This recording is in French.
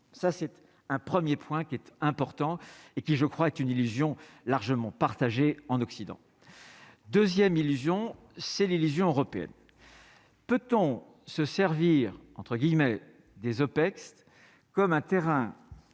ça c'est un 1er point qui est important et qui je crois est une illusion largement partagé en Occident 2ème illusion c'est l'illusion européenne peut-on se servir, entre guillemets, des Opecst comme un terrain